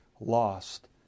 lost